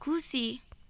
खुसी